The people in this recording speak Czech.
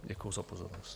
Děkuji za pozornost.